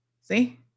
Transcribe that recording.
See